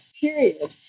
period